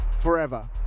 Forever